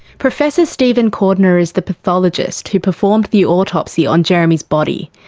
professor stephen cordner is the pathologist who performed the autopsy on jeremy's body.